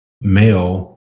male